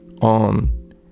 on